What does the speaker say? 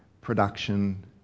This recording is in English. production